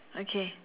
okay